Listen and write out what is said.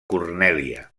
cornèlia